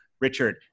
Richard